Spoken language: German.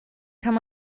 kann